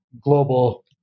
global